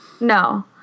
No